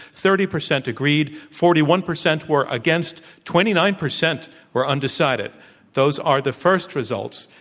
thirty percent agreed, forty one percent were against, twenty nine percent were undecided those are the first results.